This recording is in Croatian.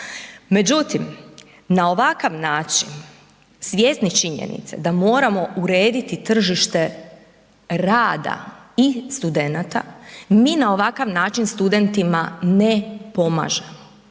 Međutim, na ovakav način svjesni činjenice da moramo urediti tržište rada i studenata, mi na ovakav način studentima ne pomažemo,